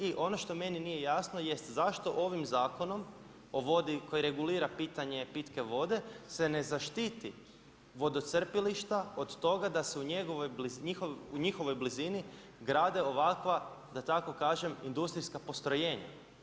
I ono što meni nije jasno jest zašto ovim zakonom o vodi koje regulira pitanje pitke vode se ne zaštiti vodocrpilišta od toga da se u njihovoj blizini grade ovakva da tako kažem industrijska postrojenja?